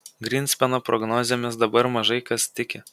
grynspeno prognozėmis dabar mažai kas tiki